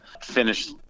finish